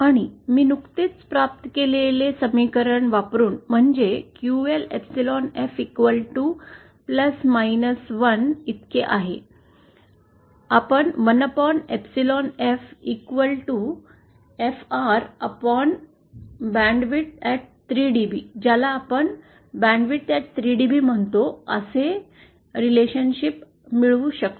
आणि मी नुकतेच प्राप्त केलेले समीकरण वापरून म्हणजे क्यूएल एप्सिलॉन F 1 इतके आहे आपण 1एप्सिलॉन F FR BW at 3 DB ज्याला आपण बँडविड्थ at 3 DB म्हणतो असे नातेसंबंध मिळवू शकतो